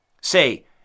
say